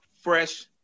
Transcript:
fresh